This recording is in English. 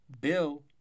Bill